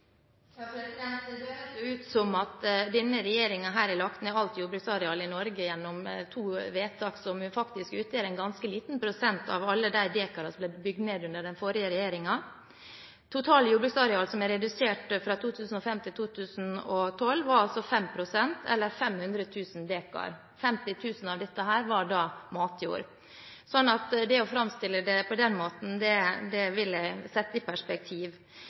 Det høres ut som om denne regjeringen har lagt ned alt jordbruksareal i Norge gjennom to vedtak som faktisk utgjør en ganske liten prosentandel av alle de dekarene som ble bygd ned under den forrige regjeringen. Den totale reduksjonen av jordbruksarealet fra 2005 til 2012 var 5 pst., eller 500 000 dekar. 50 000 dekar var matjord. Så det å framstille det på den måten – jeg vil sette det i perspektiv.